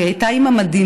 והיא הייתה מדהימה,